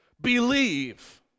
believe